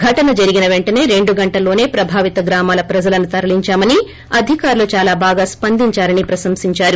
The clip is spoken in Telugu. ఘటన జరిగిన పెంటనే రెండు గంటల్లోనే ప్రభావిత గ్రామాల ప్రజలను తరలించామని అధికారులు చాలా బాగా స్పంధిందారని ప్రశంసించారు